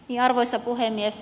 arvoisa puhemies